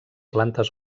plantes